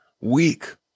weak